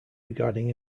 regarding